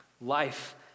life